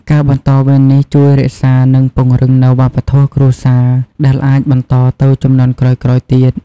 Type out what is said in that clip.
ការបន្តវេននេះជួយរក្សា និងពង្រឹងនូវវប្បធម៌គ្រួសារ ដែលអាចបន្តទៅជំនាន់ក្រោយៗទៀត។